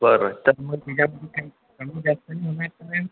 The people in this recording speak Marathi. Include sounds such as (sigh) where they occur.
बरं (unintelligible)